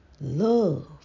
Love